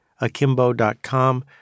akimbo.com